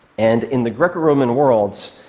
and in the greco-roman world,